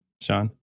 Sean